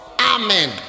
amen